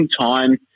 time